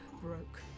broke